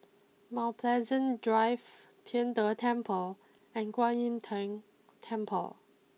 Mount Pleasant Drive Tian De Temple and Kwan Im Tng Temple